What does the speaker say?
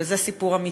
וזה סיפור אמיתי.